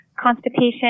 constipation